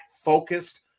focused